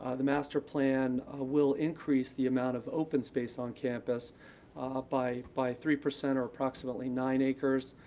ah the master plan ah will increase the amount of open space on campus by by three percent or approximately nine acres,